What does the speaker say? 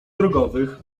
drogowych